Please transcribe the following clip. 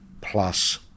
plus